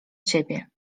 ciebie